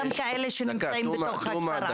גם אלה שנמצאים בתוך הכפר.